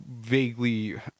vaguely